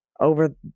over